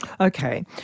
Okay